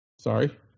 Sorry